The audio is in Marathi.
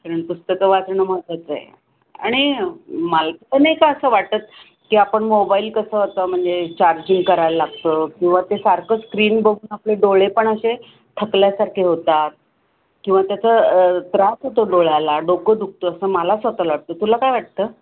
कारण पुस्तकं वाचणं महत्त्वाचं आहे आणि मला तुला नाही का असं वाटत की आपण मोबाईल कसं होतं म्हणजे चार्जिंग करायला लागतं किंवा ते सारखं स्क्रीन बघून आपले डोळे पण असे थकल्यासारखे होतात किंवा त्याचं त्रास होतो डोळ्याला डोकं दुखतं असं मला स्वतःला वाटतं तुला काय वाटतं